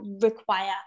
require